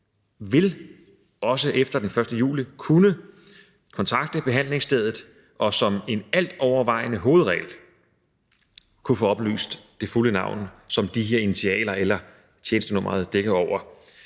også efter den 1. juli, vil kunne kontakte behandlingsstedet og som en altovervejende hovedregel få oplyst det fulde navn, som de her initiativer eller tjenestenummeret dækker over.